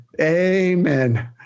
Amen